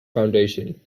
foundation